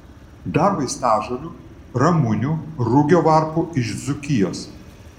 dar vaistažolių ramunių rugio varpų iš dzūkijos